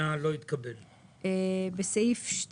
אנחנו מתחילים מהסתייגות 1. בתיקון לסעיף 1,